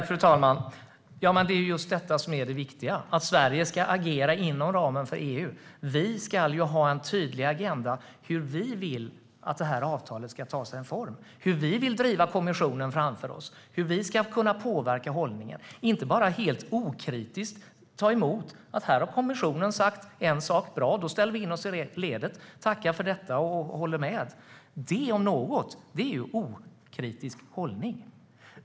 Fru talman! Det är just detta som är det viktiga: att Sverige ska agera inom ramen för EU. Vi ska ha en tydlig agenda för hur vi vill att avtalet ska utformas, hur vi vill driva kommissionen framför oss och hur vi ska kunna påverka hållningen. Vi ska inte helt okritiskt bara ta emot och tänka: Här har kommissionen sagt en sak - bra, då rättar vi in oss i ledet, tackar för det och håller med. Det om något är en okritisk hållning.